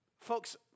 Folks